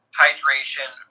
hydration